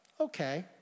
okay